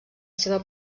seva